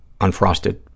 unfrosted